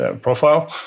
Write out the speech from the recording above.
profile